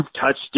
touched